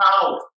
power